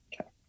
Okay